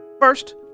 First